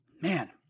Man